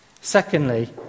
Secondly